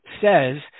says